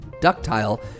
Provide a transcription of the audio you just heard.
ductile